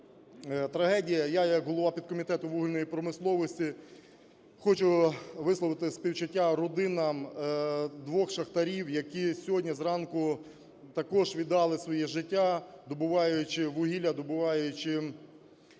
Я як голова підкомітету вугільної промисловості хочу висловити співчуття родинам двох шахтарів, які сьогодні зранку також віддали своє життя, добуваючи вугілля, добуваючи якраз